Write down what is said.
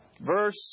verse